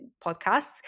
podcasts